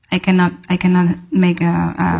i cannot i cannot make